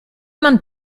man